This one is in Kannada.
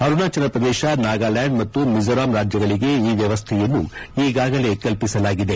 ಅರುಣಾಚಲಪ್ರದೇಶ್ ನಾಗಾಲ್ಡಾಂಡ್ ಮತ್ತು ಮಿಜೋರಾಂ ರಾಜ್ವಗಳಿಗೆ ಈ ವ್ವವಸ್ಥೆಯನ್ನು ಈಗಾಗಲೇ ಕಲ್ಪಿಸಲಾಗಿದೆ